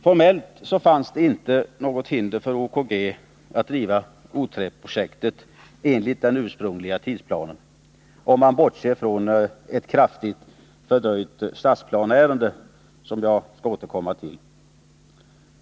Formellt fanns det inte något hinder för OKG att driva O 3-projektet enligt den ursprungliga tidsplanen, om man bortser från ett kraftigt fördröjt stadsplaneärende, som jag skall återkomma till.